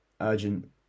Urgent